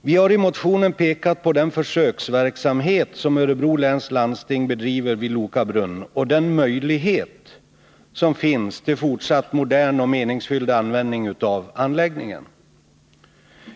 Vi har i motionen pekat på den försöksverksamhet som Örebro läns landsting bedriver vid Loka brunn och den möjlighet som finns till fortsatt modern och meningsfull användning av anläggningen.